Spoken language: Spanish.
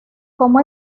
como